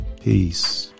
peace